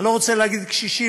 אני לא רוצה להגיד "קשישים",